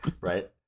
right